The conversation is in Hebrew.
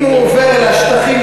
אם הוא עובר לשטחים,